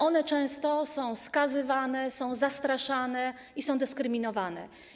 One często są skazywane, zastraszane i dyskryminowane.